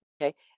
okay